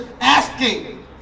asking